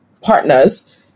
partners